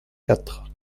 quatre